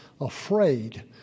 afraid